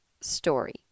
story